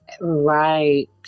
right